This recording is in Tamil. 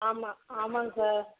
ஆமாம் ஆமாம்ங்க சார்